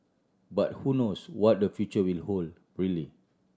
but who knows what the future will hold really